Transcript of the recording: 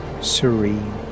Serene